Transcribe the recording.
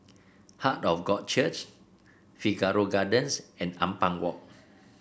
Heart of God Church Figaro Gardens and Ampang Walk